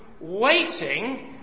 waiting